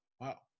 wow